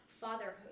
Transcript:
fatherhood